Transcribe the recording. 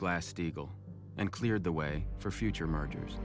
glass steagall and cleared the way for future mergers